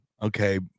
Okay